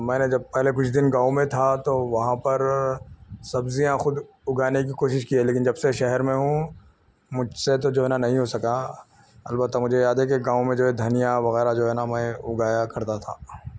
میں نے جب پہلے کچھ دن گاؤں میں تھا تو وہاں پر سبزیاں خود اگانے کی کوشش کی ہے لیکن جب سے شہر میں ہوں مجھ سے تو جو ہے نا نہیں ہو سکا البتہ مجھے یاد ہے کہ گاؤں میں جو ہے دھنیا وغیرہ جو ہے نا میں اگایا کرتا تھا